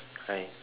hi